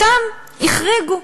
אותם החריגו.